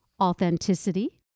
authenticity